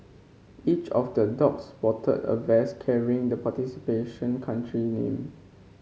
each of the dog sported a vest carrying the participating country name